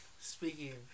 speaking